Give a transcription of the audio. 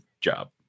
job